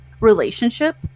relationship